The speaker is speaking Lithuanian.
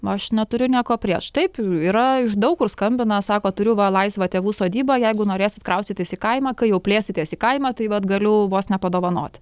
aš neturiu nieko prieš taip yra iš daug kur skambina sako turiu va laisvą tėvų sodybą jeigu norėsit kraustytis į kaimą ką jau plėsitės į kaimą tai vat galiu vos nepadovanoti